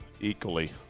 equally